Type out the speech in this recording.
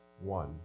one